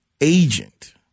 agent